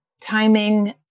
timing